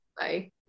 bye